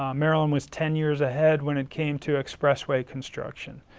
um maryland was ten years ahead when it came to expressway construction.